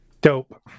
Dope